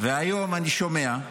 היום אני שומע,